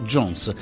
Jones